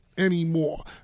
anymore